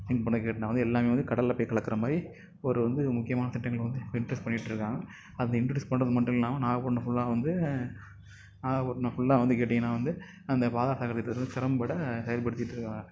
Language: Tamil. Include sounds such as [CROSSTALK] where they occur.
[UNINTELLIGIBLE] கேட்டீங்கன்னா வந்து எல்லாமே வந்து கடலில் போய் கலக்கற மாதிரி ஒரு வந்து முக்கியமான திட்டங்கள் வந்து இப்போ இண்ட்ரஸ் பண்ணிவிட்டு இருக்காங்கள் அந்த இண்ட்ரடியூஸ் பண்ணுறது மட்டும் இல்லாமல் நாகப்பட்டினம் ஃபுல்லா வந்து நாகப்பட்டினம் ஃபுல்லா வந்து கேட்டீங்கன்னா வந்து அந்த பாதாள சாக்கடை திட்டத்தை வந்து திறன் பட செயல்படுத்திகிட்டு இருக்காங்கள்